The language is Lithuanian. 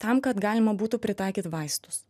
tam kad galima būtų pritaikyt vaistus